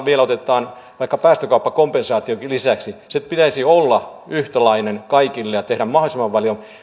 vielä otetaan vaikka päästökauppakompensaatiokin lisäksi sen pitäisi olla yhtäläinen kaikille ja tehdä mahdollisimman paljon